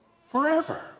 forever